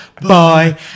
boy